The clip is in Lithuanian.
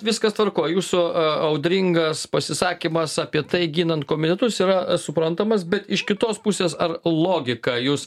viskas tvarkoj jūsų audringas pasisakymas apie tai ginant komitetus yra suprantamas bet iš kitos pusės ar logiką jūs